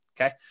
Okay